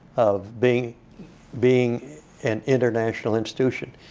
of being being an international institution.